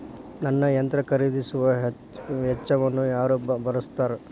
ನನ್ನ ಯಂತ್ರ ಖರೇದಿಸುವ ವೆಚ್ಚವನ್ನು ಯಾರ ಭರ್ಸತಾರ್?